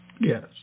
Yes